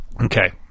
Okay